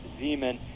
Zeman